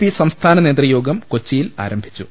P സംസ്ഥാന നേതൃയോഗം കൊച്ചിയിൽ ആരംഭിച്ചു